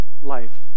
life